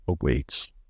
awaits